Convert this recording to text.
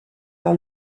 par